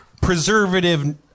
preservative